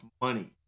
money